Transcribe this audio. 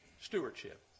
stewardship